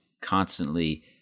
constantly